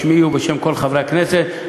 בשמי ובשם כל חברי הכנסת,